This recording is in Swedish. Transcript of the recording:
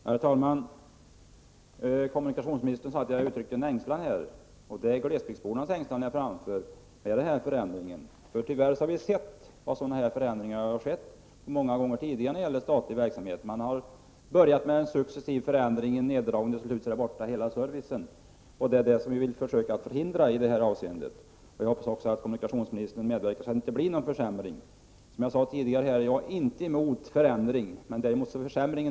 Herr talman! Kommunikationsministern sade att jag gav uttryck för en ängslan. Jag framförde glesbygdsbornas ängslan inför denna förändring. Vi har många gånger tidigare när det gäller statlig verksamhet tyvärr sett vad sådana här förändringar kan leda fram till. Man har börjat med en successiv neddragning och till sist är hela servicen borta. Det vill vi förhindra. Jag hoppas också att kommunikationsministern vill medverka till att det inte blir någon försämring. Som jag tidigare sade är jag inte emot förändring, däremot försämring.